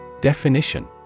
Definition